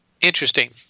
interesting